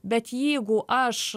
bet jeigu aš